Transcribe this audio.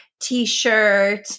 T-shirt